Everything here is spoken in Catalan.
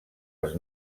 els